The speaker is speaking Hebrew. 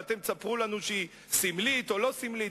ואתם תספרו לנו שהיא סמלית או לא סמלית.